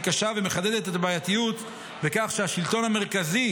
היא קשה ומחדדת את הבעייתיות בכך שהשלטון המרכזי,